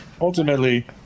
ultimately